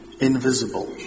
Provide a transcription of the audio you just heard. invisible